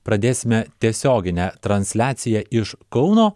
pradėsime tiesioginę transliaciją iš kauno